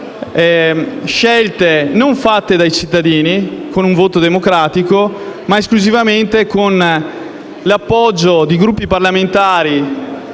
scelte non compiute dai cittadini con un voto democratico, ma esclusivamente con l'appoggio di Gruppi parlamentari